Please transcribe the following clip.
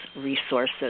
resources